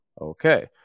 Okay